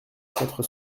quatre